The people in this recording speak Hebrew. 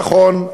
נכון,